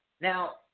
Now